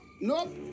Nope